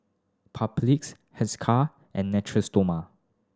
Papulex Hiscar and Natura Stoma